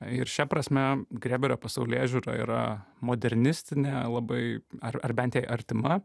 ir šia prasme grėberio pasaulėžiūra yra modernistinė labai ar ar bent jai artima